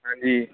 ਹਾਂਜੀ